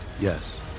Yes